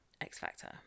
x-factor